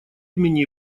имени